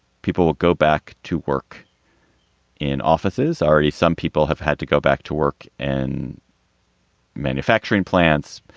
people will go back to work in offices. already, some people have had to go back to work and manufacturing plants.